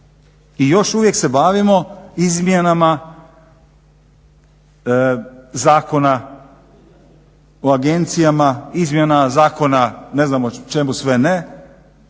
I još uvijek se bavimo izmjenama zakona o agencijama, izmjenama zakona ne znam o čemu sve ne,